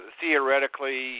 theoretically